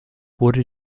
wurde